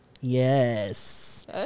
Yes